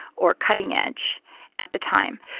or cutting edge at the time.